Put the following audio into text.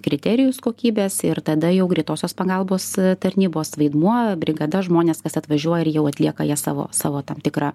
kriterijus kokybės ir tada jau greitosios pagalbos tarnybos vaidmuo brigada žmonės kas atvažiuoja ir jau atlieka jie savo savo tam tikrą